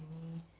right